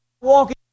walking